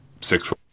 six